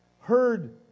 heard